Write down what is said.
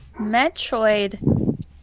Metroid